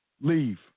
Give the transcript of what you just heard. Leave